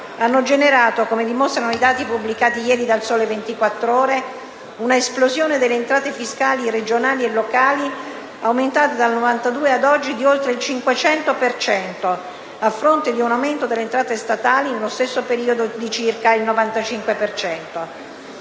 hanno generato - come dimostrano i dati pubblicati ieri da «Il Sole 24 Ore» - un'esplosione delle entrate fiscali regionali e locali aumentate dal 1992 ad oggi di oltre il 500 per cento, a fronte di un aumento delle entrate statali, nello stesso periodo, di circa il 95